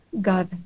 God